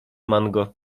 mango